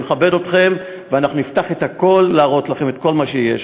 אני מכבד אתכם ואנחנו נפתח את הכול להראות לכם את כל מה שיש,